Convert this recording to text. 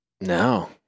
No